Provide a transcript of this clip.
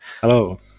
Hello